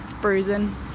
Bruising